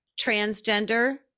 transgender